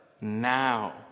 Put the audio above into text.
now